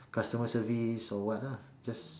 customer service or what lah just